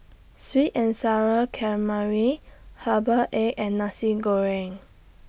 Sweet and Sour Calamari Herbal Egg and Nasi Goreng